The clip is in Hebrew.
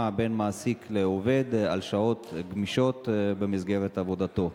בין מעסיק לעובד על שעות גמישות במסגרת עבודתו.